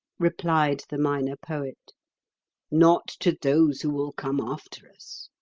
replied the minor poet not to those who will come after us.